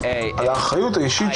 איש.